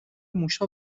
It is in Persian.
موشا